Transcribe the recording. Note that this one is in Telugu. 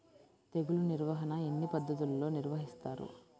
తెగులు నిర్వాహణ ఎన్ని పద్ధతుల్లో నిర్వహిస్తారు?